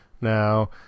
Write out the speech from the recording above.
now